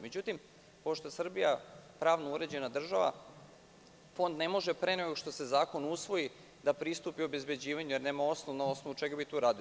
Međutim, pošto je Srbija pravno uređena država, Fond ne može pre nego što se zakon usvoji da pristupi obezbeđivanju sredstava jer nema osnov na osnovu čega bi to uradio.